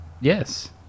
Yes